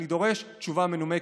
אני דורש תשובה מנומקת.